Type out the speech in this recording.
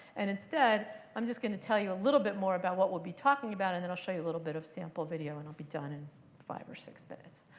and instead, i'm just going to tell you a little bit more about what we'll be talking about. and then i'll show a little bit of sample video. and i'll be done in five or six minutes.